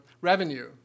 revenue